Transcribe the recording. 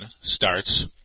starts